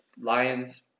Lions